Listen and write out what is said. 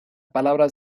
palabra